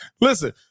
Listen